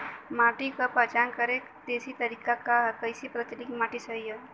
माटी क पहचान करके देशी तरीका का ह कईसे पता चली कि माटी सही ह?